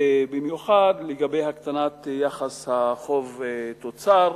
ובמיוחד להקטנת היחס חוב תוצר.